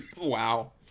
wow